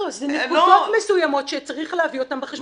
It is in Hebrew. לא, זה נקודות מסוימות שצריך להביא אותן בחשבון.